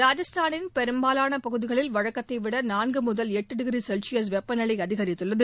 ராஜஸ்தானின் பெரும்பாலான பகுதிகளில் வழக்கத்தைவிட நான்கு முதல் எட்டு டிகிரி செல்சியஸ் வெப்பநிலை அதிகரித்துள்ளது